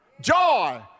joy